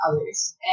others